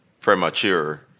premature